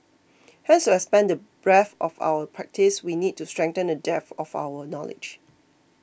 hence to expand the breadth of our practice we need to strengthen the depth of our knowledge